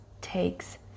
takes